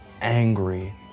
angry